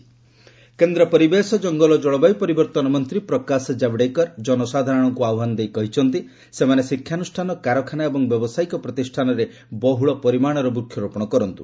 Javadekar environment କେନ୍ଦ୍ର ପରିବେଶ ଜଙ୍ଗଲ ଓ ଜଳବାୟୁ ପରିବର୍ତ୍ତନ ମନ୍ତ୍ରୀ ପ୍ରକାଶ ଜାବ୍ଡେକର ଜନସାଧାରରଙ୍କୁ ଆହ୍ୱାନ ଦେଇ କହିଛନ୍ତି ସେମାନେ ଶିକ୍ଷାନୁଷ୍ଠାନ କାରଖାନା ଏବଂ ବ୍ୟାବସାୟିକ ପ୍ରତିଷ୍ଠାନରେ ବହୁଳ ପରିମାଣର ବୃକ୍ଷରୋପଣ କରନ୍ତୁ